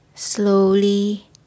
Slowly